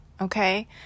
okay